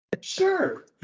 Sure